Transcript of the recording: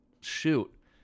shoot